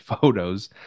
photos